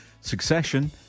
Succession